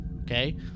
Okay